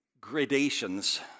gradations